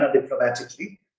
diplomatically